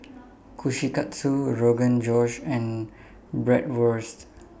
Kushikatsu Rogan Josh and Bratwurst